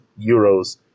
euros